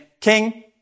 King